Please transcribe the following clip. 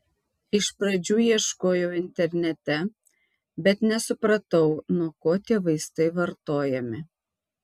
iš pradžių ieškojau internete bet nesupratau nuo ko tie vaistai vartojami